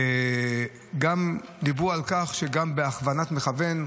גם דיברו על כך שבכוונת מכוון,